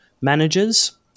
managers